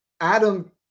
Adam